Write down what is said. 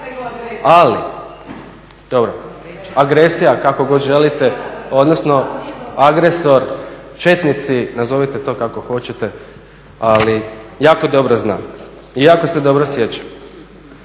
Dobro, agresija, kako god želite, odnosno agresor, četnici nazovite to kako hoćete ali jako dobro znam i jako se dobro sjećam.